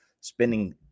spending